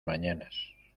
mañanas